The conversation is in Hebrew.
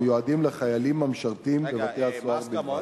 המיועדים לחיילים המשרתים בבתי-הסוהר בלבד.